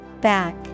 Back